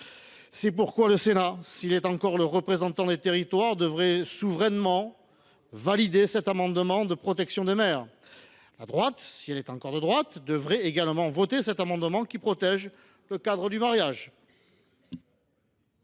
C’est pourquoi le Sénat, s’il est encore le représentant des territoires, devrait souverainement valider cet amendement de protection des maires. La droite, si elle est encore de droite, devrait également voter cet amendement, qui protège le cadre du mariage.